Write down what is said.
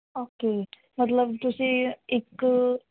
okay ਮਤਲਬ ਤੁਸੀਂ ਇੱਕ